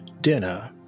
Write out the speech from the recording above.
dinner